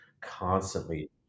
constantly